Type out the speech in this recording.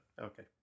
Okay